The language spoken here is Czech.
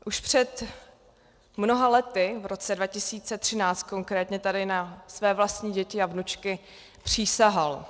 Už před mnoha lety, v roce 2013 konkrétně, tady na své vlastní děti a vnučky přísahal.